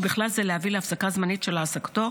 ובכלל זה להביא להפסקה זמנית של העסקתו